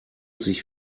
sich